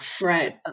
Right